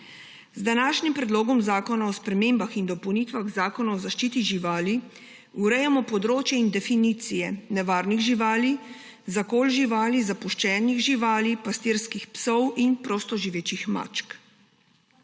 Z današnjim Predlogom zakona o spremembah in dopolnitvah Zakona o zaščiti živali urejamo področje in definicije nevarnih živali, zakol živali, zapuščenih živali, pastirskih psov in prostoživečih mačk.